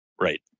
Right